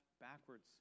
backwards